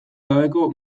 gabeko